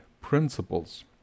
principles